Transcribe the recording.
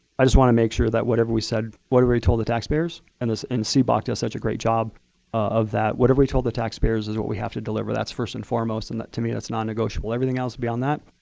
i just want to make sure that whatever we said, whatever we told the taxpayers and and cboc does such a great job of that whatever we told the taxpayers is what we have to deliver. that's first and foremost. and that to me that's non-negotiable. everything else beyond that,